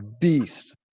beast